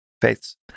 faiths